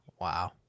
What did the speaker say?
wow